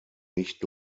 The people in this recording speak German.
nicht